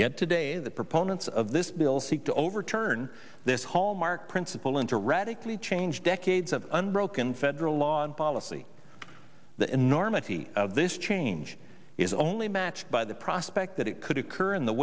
yet today the proponents of this bill seek to overturn this hallmarked principle and to radically change decades of unbroken federal law and policy the enormity of this change is only matched by the prospect that it could occur in the